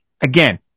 Again